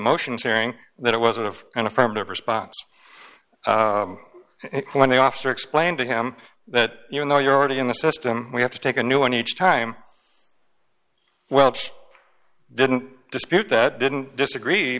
motions hearing that it wasn't of an affirmative response when the officer explained to him that you know you're already in the system we have to take a new one each time welch didn't dispute that didn't disagree